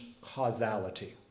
causality